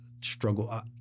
struggle